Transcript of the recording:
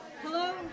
Hello